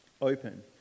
open